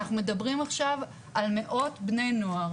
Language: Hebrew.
אנחנו מדברים עכשיו על מאות בני נוער,